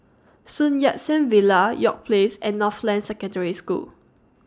Sun Yat Sen Villa York Place and Northland Secondary School